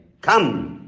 Come